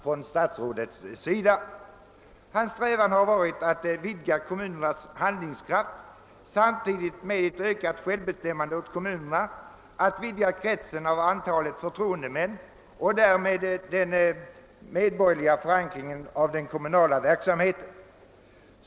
Han har strävat efter att vidga kommunernas handlingskraft samtidigt som han velat ge dem ökad självbestämmanderätt när det gäller att vidga kretsen av förtroendemän ock därmed öka den medborgerliga förankringen av den kommunala verksamheten.